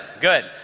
good